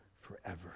forever